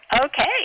Okay